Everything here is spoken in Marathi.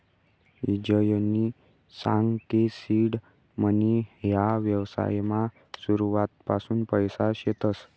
ईजयनी सांग की सीड मनी ह्या व्यवसायमा सुरुवातपासून पैसा शेतस